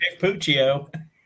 Puccio